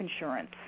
insurance